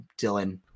Dylan